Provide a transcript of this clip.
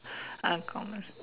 uncommon